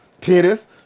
tennis